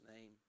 name